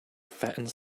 fattens